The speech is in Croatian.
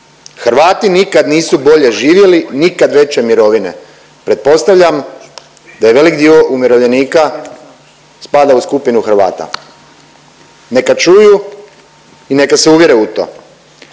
Hrvati nikad nisu bolje živjeli, nikad veće mirovine. Pretpostavljam da je velik dio umirovljenika spada u skupinu Hrvata. Neka čuju i neka se uvjere u to.